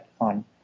on